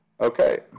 Okay